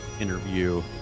interview